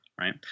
right